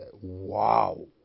Wow